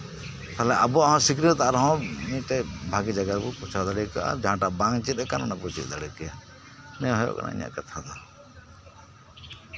ᱦᱮᱸ ᱟᱵᱚᱣᱟᱜ ᱦᱚᱸ ᱥᱤᱠᱷᱱᱟᱹᱛ ᱟᱨᱦᱚᱸ ᱵᱷᱟᱹᱜᱤ ᱡᱟᱭᱜᱟ ᱨᱮᱵᱚᱱ ᱯᱳᱸᱣᱪᱷᱟ ᱫᱟᱲᱮᱭᱟᱜ ᱠᱮᱭᱟ ᱟᱨ ᱡᱟᱦᱟᱸᱴᱟᱜ ᱵᱟᱝ ᱪᱮᱫ ᱟᱠᱟᱱ ᱚᱱᱟ ᱵᱚ ᱪᱮᱫ ᱫᱟᱲᱮ ᱠᱮᱭᱟ ᱱᱚᱶᱟ ᱦᱩᱭᱩᱜ ᱠᱟᱱᱟ ᱤᱧᱟᱹᱜ ᱠᱟᱛᱷᱟ ᱫᱚ